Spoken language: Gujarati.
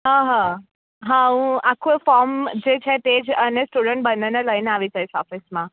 હા હા હા હું આખું ફોમ જે છે તે જ અને સ્ટુડન્ટ બંનેને લઈને આવી જઈશ ઓફિસમાં